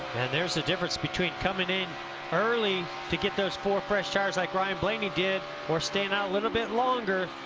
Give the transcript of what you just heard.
there is the difference between coming in early to get those for fresh tires like ryan blaney did or staying out a little bit longer.